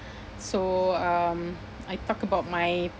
so um I talk about my